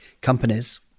companies